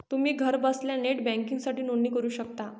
तुम्ही घरबसल्या नेट बँकिंगसाठी नोंदणी करू शकता